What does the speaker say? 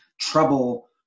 trouble